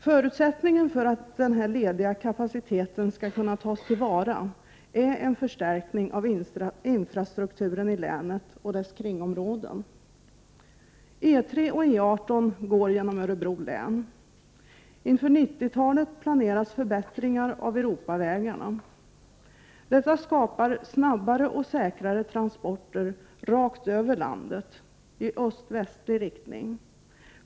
Förutsättningen för att denna lediga kapacitet skall kunna tas till vara är en förstärkning av infrastrukturen i länet och dess kringområden. E 3 och E 18 går genom Örebro län. Inför 90-talet planeras förbättringar av Europavägarna. Detta skapar snabbare och säkrare transporter rakt över landet i öst-västlig riktning.